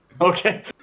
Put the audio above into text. Okay